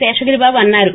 శేషగిరి బాబు అన్నారు